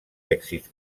èxits